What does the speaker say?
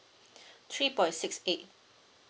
three point six eight